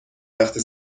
وقتی